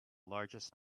largest